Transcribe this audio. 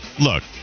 look